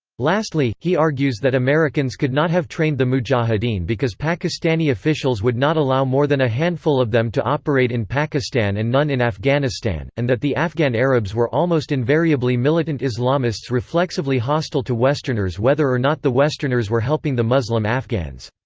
lastly, he argues that americans could not have trained the mujahideen because pakistani officials would not allow more than a handful of them to operate in pakistan and none in afghanistan, and that the afghan arabs were almost invariably militant islamists reflexively hostile to westerners whether or not the westerners were helping the muslim afghans.